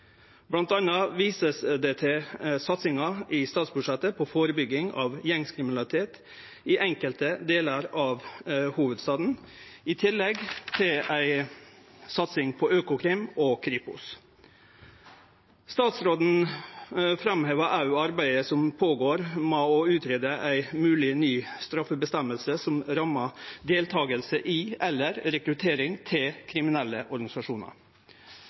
det vist til satsinga i statsbudsjettet på førebygging av gjengkriminalitet i enkelte delar av hovudstaden, i tillegg til ei satsing på Økokrim og Kripos. Statsråden framhevar òg arbeidet som er i gang med å greie ut ei mogleg ny straffeføresegn som rammar deltaking i eller rekruttering til kriminelle